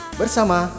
bersama